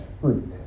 fruit